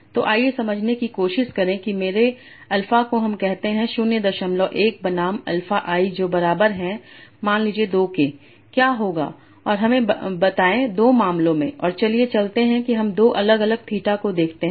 तो आइए समझने की कोशिश करें कि मेरे अल्फ़ा को हम कहते हैं 01 बनाम अल्फ़ा i जो बराबर है मान लीजिए 2 के क्या होगा और हमें बताएं 2 मामलों में और चलिए कहते हैं कि हम 2 अलग अलग थीटा को देखते हैं